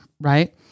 right